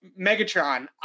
Megatron